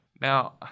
Now